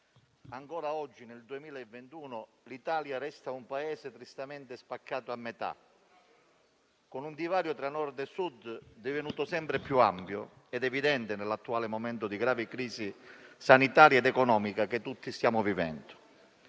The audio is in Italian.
ancora oggi, nel 2021, l'Italia resta un Paese tristemente spaccato a metà, con un divario tra Nord e Sud divenuto sempre più ampio ed evidente nell'attuale momento di grave crisi sanitaria ed economica che tutti stiamo vivendo.